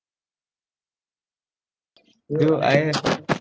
do I have